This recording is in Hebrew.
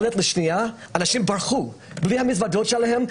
אנשים ברחו בלי המזוודות שלהם,